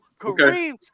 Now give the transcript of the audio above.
Kareem's